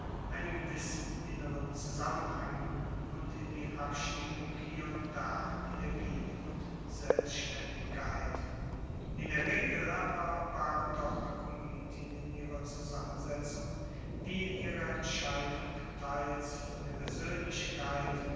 einen gewissen inneren zusammenhang und in die abstimmung hier und da energie und selbstaendigkeit in der regel aber waren doch die komitien in ihrer zusammensetzung wie in ihrer entscheidung teils von der persoenlichkeit